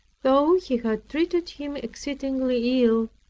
though he had treated him exceedingly ill,